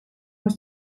was